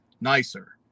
nicer